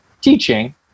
teaching